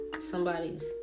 somebody's